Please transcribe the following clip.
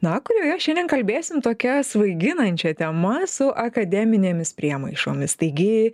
na kurioje šiandien kalbėsim tokia svaiginančia tema su akademinėmis priemaišomis taigi